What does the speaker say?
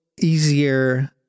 easier